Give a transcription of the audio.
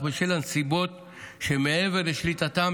אך בשל נסיבות שמעבר לשליטתם,